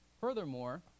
Furthermore